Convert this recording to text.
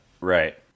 Right